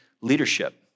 leadership